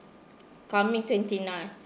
coming twenty nine